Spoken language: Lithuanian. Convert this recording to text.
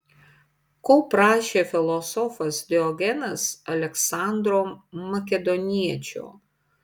ko prašė filosofas diogenas aleksandro makedoniečio